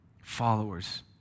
followers